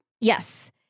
Yes